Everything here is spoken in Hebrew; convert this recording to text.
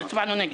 הצבענו נגד.